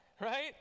Right